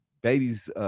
babies